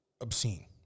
obscene